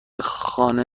خانه